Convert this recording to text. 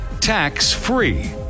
tax-free